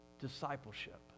discipleship